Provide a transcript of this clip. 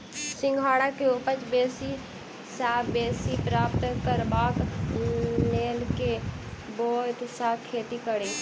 सिंघाड़ा केँ उपज बेसी सऽ बेसी प्राप्त करबाक लेल केँ ब्योंत सऽ खेती कड़ी?